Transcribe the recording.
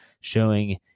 showing